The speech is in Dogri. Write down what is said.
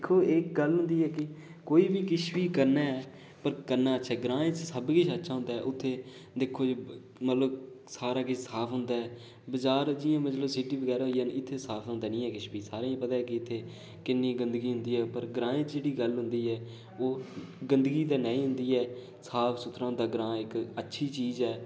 दिक्खो एह् गल्ल होंदी ऐ जेह्की कोई बी किश बी करने हां पर करना अच्छा ग्रां च सब किश अच्छा होंदा ऐ उत्थे दिक्खो मतलब सारा किश साफ़ हुदां ऐ बज़ार मतलब जि'यां सिटी बगैरा होई जा नी इत्थे साफ होंदा नेई ऐ किश बी सारें गी पता ऐ इत्थै किन्नी गंदगी होंदी ऐ उप्पर ग्रां च जैह्ड़ी गल्ल होंदी ऐ गदंगी ते नेई होंदी ऐ साफ सुथरा हुदां ऐ ग्रां ते अच्छी चीज़ ऐ